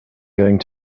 going